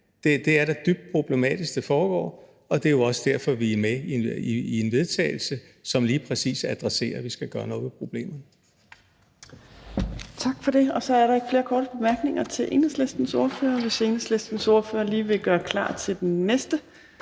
Det er da dybt problematisk, at det foregår, og det er jo også derfor, vi er med i et forslag til vedtagelse, som lige præcis adresserer, at vi skal gøre noget ved problemerne. Kl. 15:07 Fjerde næstformand (Trine Torp): Tak for det. Og så er der ikke flere korte bemærkninger til Enhedslistens ordfører. Enhedslistens ordfører bedes lige gøre klar til den næste